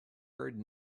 heard